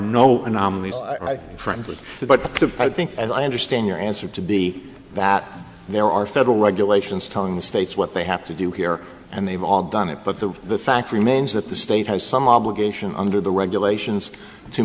no anomalies right from the but i think as i understand your answer to be that there are federal regulations telling the states what they have to do here and they've all done it but the the fact remains that the state has some obligation under the regulations to